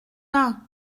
pas